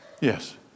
yes